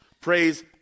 Praise